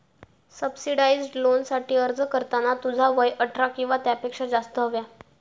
subsidised लोनसाठी अर्ज करताना तुझा वय अठरा किंवा त्यापेक्षा जास्त हव्या